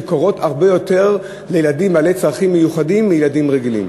שקורות הרבה יותר לילדים בעלי צרכים מיוחדים מלילדים רגילים.